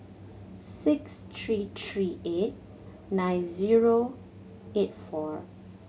six three three eight nine zero eight four